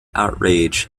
outrage